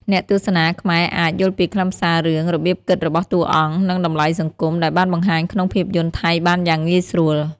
អ្នកទស្សនាខ្មែរអាច យល់ពីខ្លឹមសាររឿង របៀបគិតរបស់តួអង្គ និងតម្លៃសង្គម ដែលបានបង្ហាញក្នុងភាពយន្តថៃបានយ៉ាងងាយស្រួល។